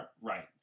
right